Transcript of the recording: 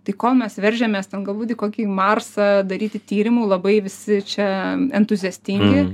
tai kol mes veržėmės ten galbūt į kokį marsą daryti tyrimų labai visi čia entuziastingi